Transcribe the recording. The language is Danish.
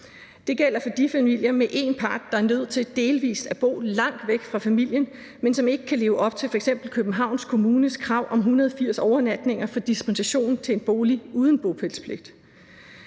Det gælder for familier med én part, der er nødt til delvis at bo langt væk fra familien, men som ikke kan leve op til f.eks. Københavns Kommunes krav om 180 overnatninger for at få dispensation til en bolig uden bopælspligt.